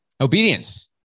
Obedience